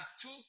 two